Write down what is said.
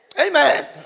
Amen